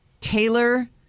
Taylor